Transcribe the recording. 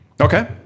Okay